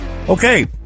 Okay